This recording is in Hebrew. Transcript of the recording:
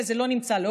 זה לא נמצא,